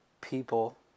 people